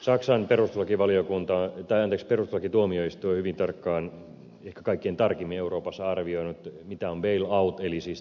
saksan perustuslakituomioistuin hyvin tarkkaan ehkä kaikkein tarkimmin euroopassa on arvioinut mitä on bail out eli siis